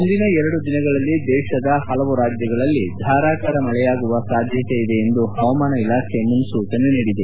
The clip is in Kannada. ಮುಂದಿನ ಎರಡು ದಿನಗಳಲ್ಲಿ ದೇಶದ ಹಲವು ರಾಜ್ಲಗಳಲ್ಲಿ ಧಾರಾಕಾರ ಮಳೆಯಾಗುವ ಸಾಧ್ಯತೆ ಇದೆ ಎಂದು ಹವಾಮಾನ ಇಲಾಖೆ ಮುನ್ನೂಚನೆ ನೀಡಿದೆ